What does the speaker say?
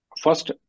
First